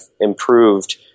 improved